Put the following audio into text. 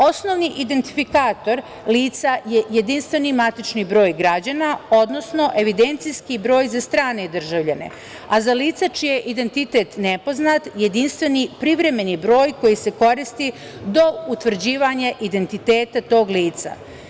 Osnovni identifikator lica je jedinstveni matični broj građana, odnosno evidencijski broj za strane državljane, a za lica čiji je identitet nepoznat jedinstveni privremeni broj koji se koristi do utvrđivanja identiteta tog lica.